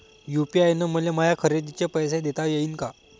UPI न मले माया खरेदीचे पैसे देता येईन का?